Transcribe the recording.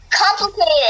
Complicated